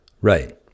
Right